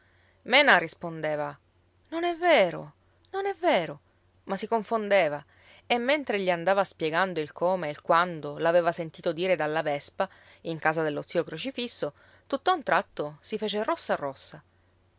mena rispondeva non è vero non è vero ma si confondeva e mentre egli andava spiegando il come e il quando l'aveva sentito dire dalla vespa in casa dello zio crocifisso tutt'a un tratto si fece rossa rossa